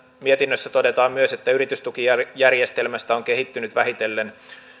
mietinnössä todetaan myös että yritystukijärjestelmästä on kehittynyt vähitellen